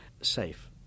safe